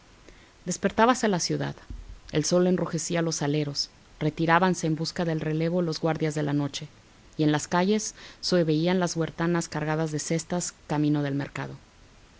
día despertábase la ciudad el sol enrojecía los aleros retirábanse en busca del relevo los guardias de la noche y en las calles sólo se veían las huertanas cargadas de cestas camino del mercado